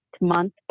month